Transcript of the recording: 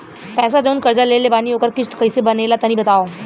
पैसा जऊन कर्जा लेले बानी ओकर किश्त कइसे बनेला तनी बताव?